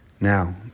Now